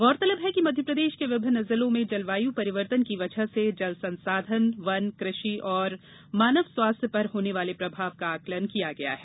गौरतलब है कि मध्यप्रदेश के विभिन्न जिलों में जलवायू परिवर्तन की वजह से जल संसाधन वन कृषि और मानव स्वास्थ्य पर होने वाले प्रभाव का आकलन किया गया है